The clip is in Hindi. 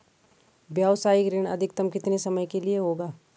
व्यावसायिक ऋण अधिकतम कितने समय के लिए होगा?